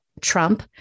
Trump